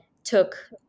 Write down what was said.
took